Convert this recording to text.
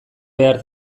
behar